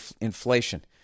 inflation